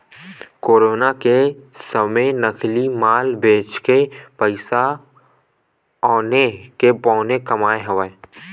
corona के समे नकली माल बेचके पइसा औने के पौने कमाए हवय